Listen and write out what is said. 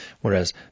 Whereas